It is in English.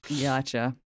Gotcha